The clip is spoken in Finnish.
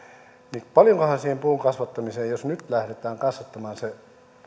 niin paljonkohan siihen puun kasvattamiseen jos nyt lähdetään kasvattamaan se